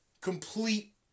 complete